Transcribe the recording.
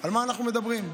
על מה אנחנו מדברים?